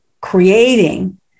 creating